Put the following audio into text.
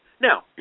now